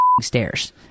stairs